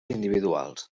individuals